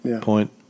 point